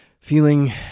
feeling